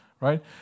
right